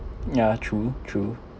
ya true true